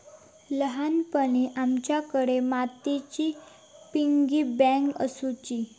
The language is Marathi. ल्हानपणी आमच्याकडे मातीची पिगी बँक आसुची